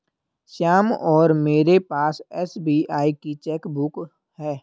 श्याम और मेरे पास एस.बी.आई की चैक बुक है